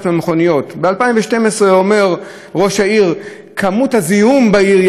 ב-2012 אומר ראש העיר: כמות הזיהום בעיר ירדה פלאים.